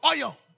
oil